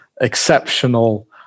exceptional